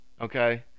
okay